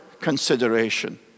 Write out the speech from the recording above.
consideration